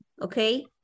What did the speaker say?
okay